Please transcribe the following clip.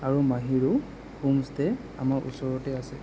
আৰু মাহীৰো হোমষ্টে' আমাৰ ওচৰতে আছে